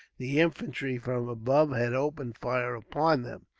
the infantry from above had opened fire upon them.